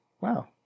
Wow